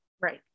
Right